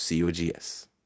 cogs